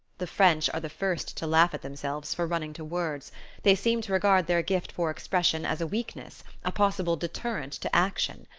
the french are the first to laugh at themselves for running to words they seem to regard their gift for expression as a weakness, a possible deterrent to action.